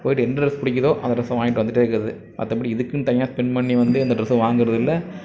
போய்ட்டு எந்த டிரெஸ் பிடிக்குதோ அந்த டிரெஸ்ஸை வாங்கிட்டு வந்துட்டே இருக்கிறது மற்றபடி இதுக்குன்னு தனியாக ஸ்பெண்ட் பண்ணி வந்து அந்த டிரெஸ்ஸை வாங்கிறது இல்லை